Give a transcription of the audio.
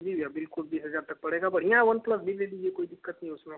जी भैया बिल्कुल बीस हजार तक पड़ेगा बढ़िया है वन प्लस भी ले लीजिए कोई दिक्कत नहीं उसमें